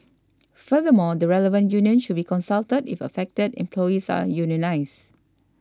furthermore the relevant union should be consulted if affected employees are unionised